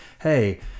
hey